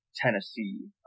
Tennessee